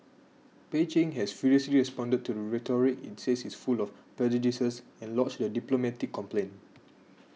Beijing has furiously responded to the rhetoric it says is full of prejudices and lodged a diplomatic complaint